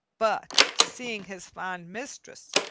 but seeing his fond mistress,